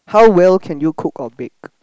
how well can you cook or bake